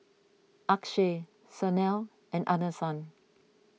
Akshay Sanal and